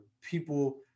people